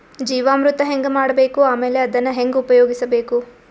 ಜೀವಾಮೃತ ಹೆಂಗ ಮಾಡಬೇಕು ಆಮೇಲೆ ಅದನ್ನ ಹೆಂಗ ಉಪಯೋಗಿಸಬೇಕು?